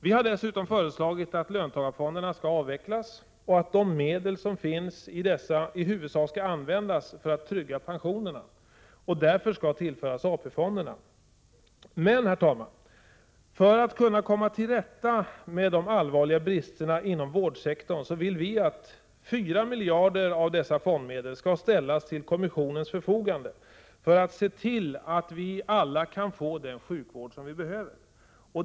Vi har dessutom föreslagit att löntagarfonderna skall avvecklas och att de medel som finns i dessa i huvudsak skall användas för att trygga pensionerna och därför skall tillföras AP-fonderna. Men, herr talman, för att kunna komma till rätta med de allvarliga bristerna inom vårdsektorn vill vi att 4 miljarder av dessa fondmedel skall ställas till kommissionens förfogande för att se till att vi alla kan få den sjukvård vi behöver.